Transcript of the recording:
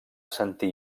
sentir